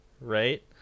Right